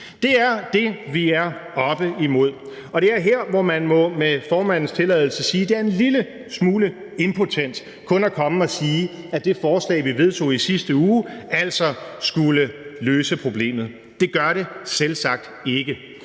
Det er det, som vi er oppe imod, og det er her, hvor man med formandens tilladelse må sige, at det er en lille smule impotent kun at komme og sige, at det forslag, som vi vedtog i sidste uge, altså skulle løse problemet. Det gør det selvsagt ikke.